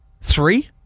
Three